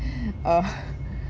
uh